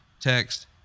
text